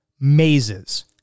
Mazes